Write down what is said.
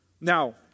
Now